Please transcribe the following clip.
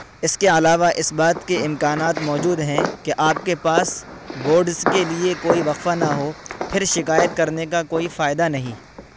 اس کے علاوہ اس بات کے امکانات موجود ہیں کہ آپ کے پاس بورڈس کے لیے کوئی وقفہ نہ ہو پھر شکایت کرنے کا کوئی فائدہ نہیں